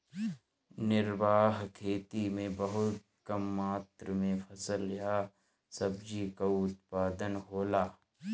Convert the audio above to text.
निर्वाह खेती में बहुत कम मात्र में फसल या सब्जी कअ उत्पादन होला